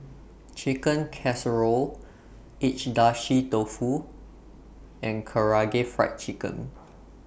Chicken Casserole Agedashi Dofu and Karaage Fried Chicken